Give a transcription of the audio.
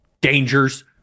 dangers